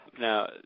Now